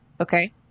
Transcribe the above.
Okay